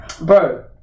Bro